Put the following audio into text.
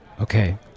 Okay